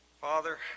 Father